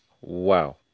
Wow